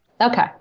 Okay